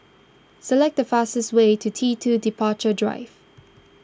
select the fastest way to T two Departure Drive